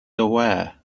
aware